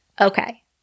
Okay